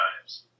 times